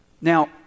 Now